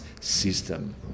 system